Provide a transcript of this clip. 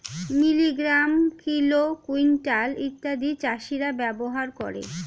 milligram, kilo, quintal ইত্যাদি চাষীরা ব্যবহার করে